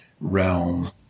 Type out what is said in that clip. realm